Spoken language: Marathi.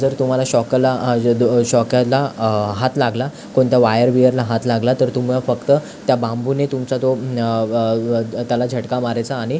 जर तुम्हाला शॉकला जर शॉकला हात लागला कोणत्या वायर बिअरला हात लागला तर तुम्ही फक्त त्या बांबूने तुमचा जो त्याला झटका मारायचा आणि